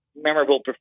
memorable